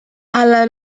alla